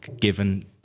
given